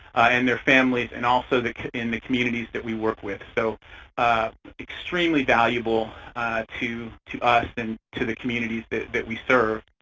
and their families and also in the communities that we work with. so extremely valuable to to us and to the communities that that we serve.